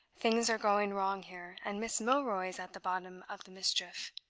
things are going wrong here, and miss milroy is at the bottom of the mischief.